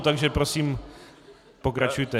Takže prosím pokračujte.